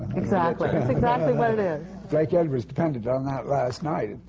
exactly. that's exactly what it is. blake edwards depended on that last night